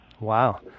Wow